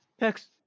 Next